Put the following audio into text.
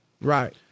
Right